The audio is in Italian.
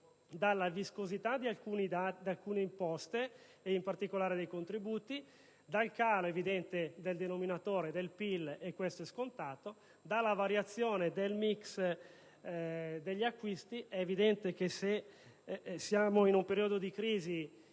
della viscosità di alcune imposte (e, in particolare, dei contributi) del calo evidente e scontato del denominatore del PIL, della variazione del *mix* degli acquisti (è evidente che, se siamo in un periodo di crisi,